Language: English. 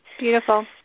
Beautiful